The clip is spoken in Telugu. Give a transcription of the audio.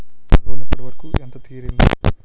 నా లోన్ ఇప్పటి వరకూ ఎంత తీరింది?